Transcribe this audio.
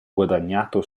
guadagnato